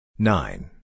Nine